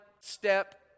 step